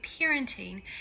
parenting